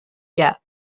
gap